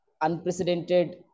unprecedented